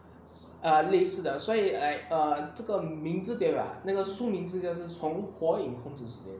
err 类似的所以 like err 这个名字对吧那个书名字叫做从火影控制时间